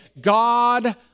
God